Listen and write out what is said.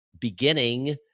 beginning